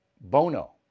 Bono